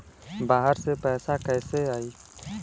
बाहर से पैसा कैसे आई?